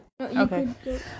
Okay